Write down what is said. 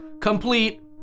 complete